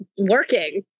working